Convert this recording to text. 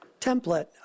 template